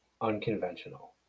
unconventional